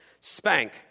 Spank